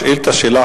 השאילתא שלך,